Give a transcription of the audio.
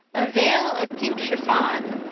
a veil of pink chiffon,